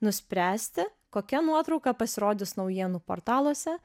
nuspręsti kokia nuotrauka pasirodys naujienų portaluose